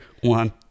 one